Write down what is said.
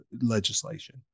legislation